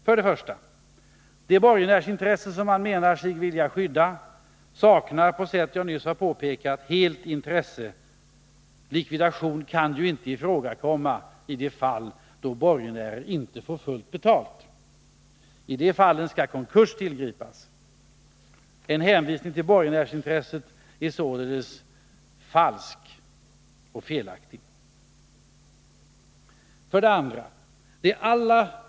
För det första: Det borgenärsintresse som man menar sig vilja skydda saknar, på sätt som jag nyss påpekat, helt relevans. Likvidation kan ju inte komma i fråga i de fall då borgenären inte får fullt betalt. I de fallen skall konkurs tillgripas. En hänvisning till borgenärsintresset är således falsk och felaktig.